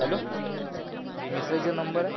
hello मिश्राजीचा number आहे